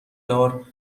دار